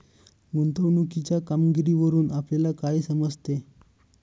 गुंतवणुकीच्या कामगिरीवरून आपल्याला काय समजते?